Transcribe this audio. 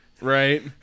right